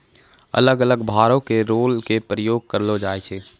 अलग अलग भारो के रोलर के प्रयोग करलो जाय छै